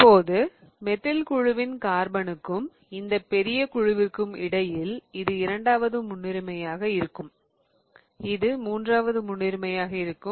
இப்போது மெத்தில் குழுவின் கார்பனுக்கும் இந்த பெரிய குழுவிற்கும் இடையில் இது இரண்டாவது முன்னுரிமையாக இருக்கும் இது மூன்றாவது முன்னுரிமையாக இருக்கும்